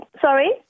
Sorry